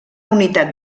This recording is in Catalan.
unitat